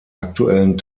aktuellen